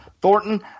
Thornton